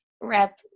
rep